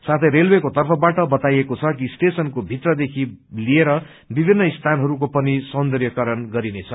साथै रेलवेको तर्फबाट बताईएको छ कि सटशेनको भित्रदेखि लिएर विभिन्न स्थानहरूको पनि सौन्दयकरण गरिनेछ